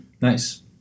Nice